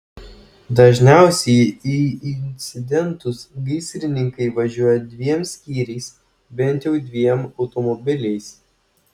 dažniausiai į incidentus gaisrininkai važiuoja dviem skyriais bent jau dviem automobiliais